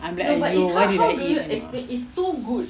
I'm like !aiyo! why did I eat you know